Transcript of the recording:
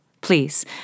Please